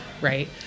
right